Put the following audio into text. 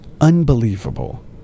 unbelievable